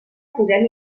podem